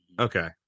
okay